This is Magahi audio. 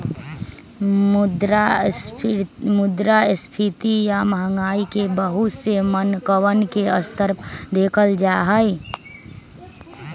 मुद्रास्फीती या महंगाई के बहुत से मानकवन के स्तर पर देखल जाहई